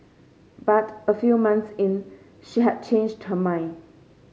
but a few months in she had changed her mind